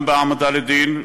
גם בהעמדה לדין,